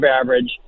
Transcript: average